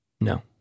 no